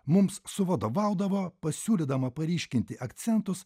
mums suvadovaudavo pasiūlydama paryškinti akcentus